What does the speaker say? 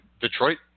Detroit